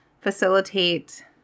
facilitate